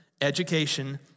education